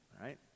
right